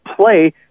play